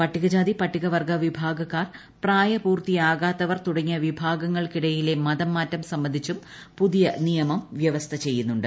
പട്ടികജാതി പ്ലട്ടിൿവ്ർഗ്ഗ വിഭാഗക്കാർ പ്രായപൂർത്തിയാകാത്തവർ തൂടങ്ങിയ വിഭാഗങ്ങൾക്കിടയിലെ മതം മാറ്റം സംബന്ധിച്ചും പൂ്തിയ്ട് നിയമം വൃവസ്ഥ ചെയ്യുന്നുണ്ട്